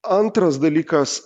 antras dalykas